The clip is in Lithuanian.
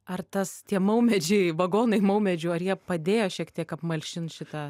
ar tas tie maumedžiai vagonai maumedžių ar jie padėjo šiek tiek apmalšint šitą